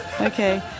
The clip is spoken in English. Okay